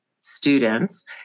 students